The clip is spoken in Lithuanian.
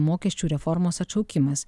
mokesčių reformos atšaukimas